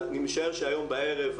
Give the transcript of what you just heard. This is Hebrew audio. אני משער שהיום בערב,